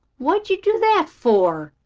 what did you do that for?